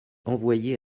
envoyées